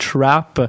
trap